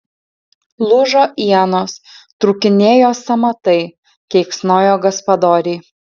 lūžo ienos trūkinėjo sąmatai keiksnojo gaspadoriai